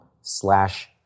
slash